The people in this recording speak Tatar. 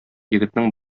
егетнең